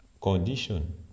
condition